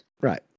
Right